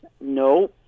No